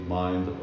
mind